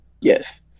Yes